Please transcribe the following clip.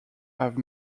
have